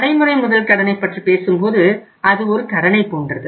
நடைமுறை முதல் கடனைப் பற்றி பேசும்போது அது ஒரு கடனைப் போன்றது